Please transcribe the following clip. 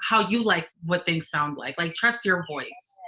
how you like what things sound like, like trust your voice.